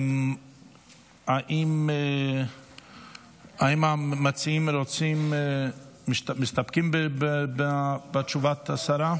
האם המציעים מסתפקים בתשובת השר?